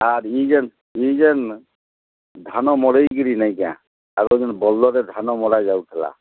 ଆର୍ ଇ ଯେନ୍ ଇ ଯେନ୍ ଧାନ ମଡ଼ାଇକରି ନେଇଁକା ଆଗ ଯେନ୍ ବଲରରେ ଧାନ ମଡ଼ାଯାଉଥିଲା